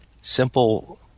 simple